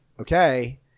okay